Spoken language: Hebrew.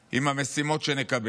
עם המשימות שנקבל.